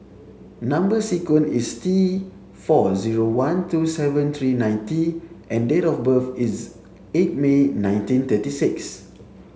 number sequence is T four zero one two seven three nine T and date of birth is eight May nineteen thirty six